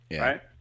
right